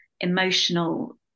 emotional